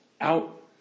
out